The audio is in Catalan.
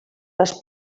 les